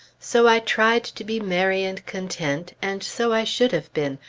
so i tried to be merry and content, and so i should have been,